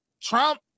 Trump